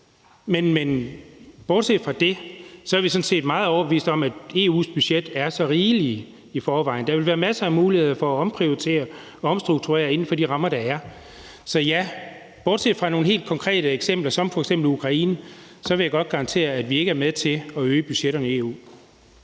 Men bortset fra det er vi sådan set meget overbeviste om, at EU's budget er så rigeligt i forvejen, og at der vil være masser af muligheder for at omprioritere og omstrukturere inden for de rammer, der er. Så bortset fra nogle helt konkrete eksempler som f.eks. Ukraine vil jeg godt garantere, at vi ikke er med til at øge budgetterne i EU.